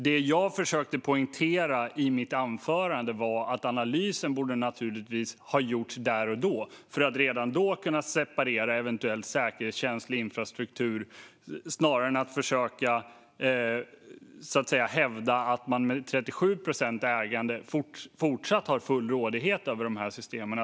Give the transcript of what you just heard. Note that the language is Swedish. Det jag försökte poängtera i mitt anförande var att analysen naturligtvis borde ha gjorts där och då. Då hade man kunnat separera eventuellt säkerhetskänslig infrastruktur snarare än att försöka hävda att man med 37 procents ägande fortsatt har full rådighet över de här systemen.